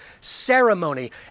ceremony